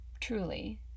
Truly